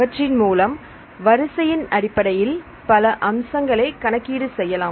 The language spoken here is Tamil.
அவற்றின் மூலம் வரிசையின் அடிப்படையில் பல அம்சங்களை கணக்கீடு செய்யலாம்